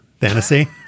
fantasy